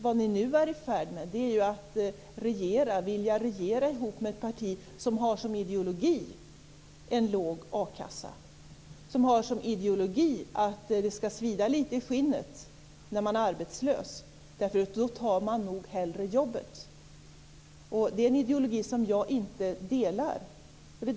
Vad ni nu är i färd med är ju att vilja regera i hop med ett parti som har som ideologi en låg akasseersättning, som har som ideologi att det skall svida litet i skinnet när man är arbetslös därför att man då hellre tar ett jobb. Det är en ideologi som jag inte delar.